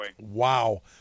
wow